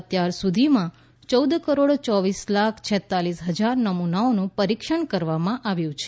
અત્યાર સુધીમાં ચૌદ કરોડ ચોવીસ લાખ છેત્તાલીસ હજાર નમૂનાઓનું પરીક્ષણ કરવામાં આવ્યું છે